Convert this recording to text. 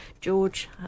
George